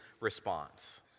response